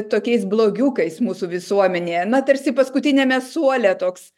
tokiais blogiukais mūsų visuomenėje na tarsi paskutiniame suole toks